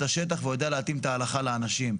השטח והוא יודע להתאים את ההלכה לאנשים.